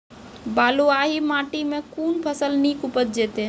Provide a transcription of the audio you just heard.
बलूआही माटि मे कून फसल नीक उपज देतै?